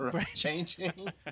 changing